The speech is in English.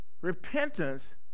Repentance